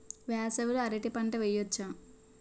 వేసవి లో అరటి పంట వెయ్యొచ్చా?